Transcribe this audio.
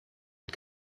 und